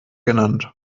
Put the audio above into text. genannt